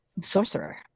sorcerer